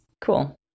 Cool